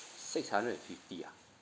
six hundred and fifty ah